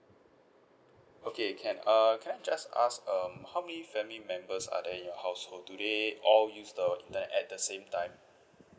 okay can uh can I just ask um how many family members are there in your household do they all use the internet at the same time